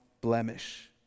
blemish